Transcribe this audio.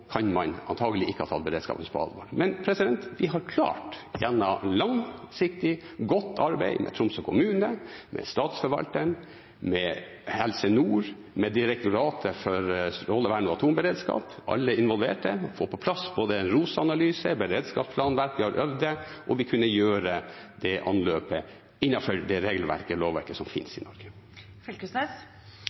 kan man antakelig ikke ha tatt beredskap på alvor. Men vi har klart gjennom et langsiktig, godt arbeid med Tromsø kommune, med statsforvalteren, med Helse-Nord, med Direktoratet for strålevern og atomberedskap – alle involverte – å få på plass både en ROS-analyse og et beredskapsplanverk. Vi har øvd på det, og vi kunne få det anløpet innenfor det regelverket og lovverket som finnes i